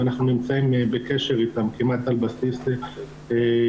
ואנחנו נמצאים בקשר אתם כמעט על בסיס יומי.